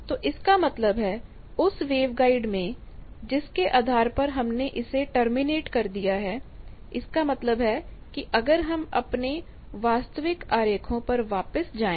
तो इसका मतलब है उस वेवगाइड में जिसके आधार पर हमने इसे टर्मिनेट कर दिया है इसका मतलब है कि अगर हम अपने वास्तविक आरेखों पर वापस जाये